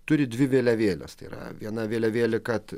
turi dvi vėliavėles tai yra viena vėliavėlė kad